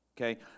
okay